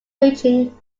ranging